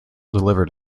delivered